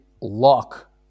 lock